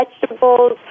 vegetables